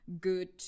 good